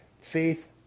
Faith